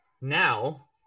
Now